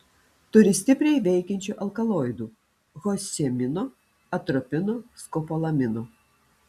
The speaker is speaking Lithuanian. turi stipriai veikiančių alkaloidų hiosciamino atropino skopolamino